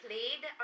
Played